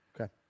Okay